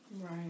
Right